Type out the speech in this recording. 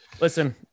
Listen